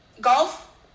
Golf